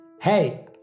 Hey